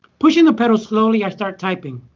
pushing the pedals slowly i start typing.